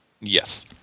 Yes